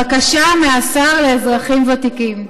בקשה מהשר לאזרחים ותיקים /